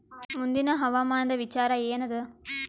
ಮುಂದಿನ ಹವಾಮಾನದ ವಿಚಾರ ಏನದ?